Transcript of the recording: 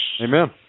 Amen